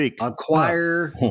acquire